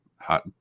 hot